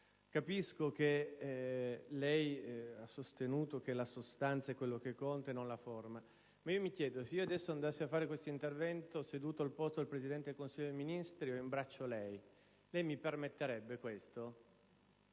Capisco che lei ha sostenuto che la sostanza è quello che conta, e non la forma, ma mi chiedo se, qualora andassi a fare questo mio intervento seduto al posto del Presidente del Consiglio dei ministri o in braccio a lei, lei me lo permetterebbe. Penso